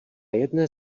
jedné